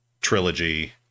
trilogy